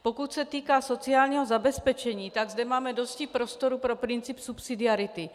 Pokud se týká sociálního zabezpečení, tak zde máme dosti prostoru pro princip subsidiarity.